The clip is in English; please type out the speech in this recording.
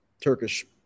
Turkish